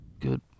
Good